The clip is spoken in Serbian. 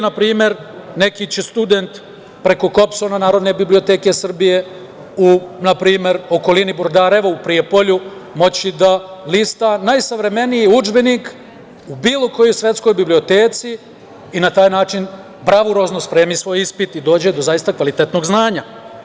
Na primer, neki će student preko KoBSON-a Narodne biblioteke Srbije u okolini Brodareva, u Prijepolju moći da lista najsavremeniji udžbenik u bilo kojoj svetskoj biblioteci i na taj način bravurozno spremiti svoj ispit i da dođe do zaista kvalitetnog znanja.